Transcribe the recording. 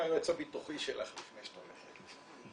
היועץ הביטוחי שלך לפני שאת הולכת לשם.